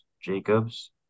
Jacobs